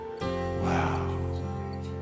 Wow